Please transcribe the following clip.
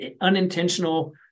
unintentional